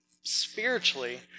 spiritually